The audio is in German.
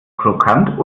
krokant